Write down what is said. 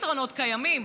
הפתרונות קיימים.